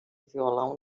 violão